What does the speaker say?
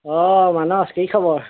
অঁ মানস কি খবৰ